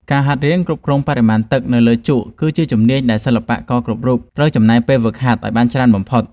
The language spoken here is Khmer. ការហាត់រៀនគ្រប់គ្រងបរិមាណទឹកនៅលើជក់គឺជាជំនាញដែលសិល្បករគ្រប់រូបត្រូវចំណាយពេលហ្វឹកហាត់ឱ្យបានច្រើនបំផុត។